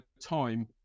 time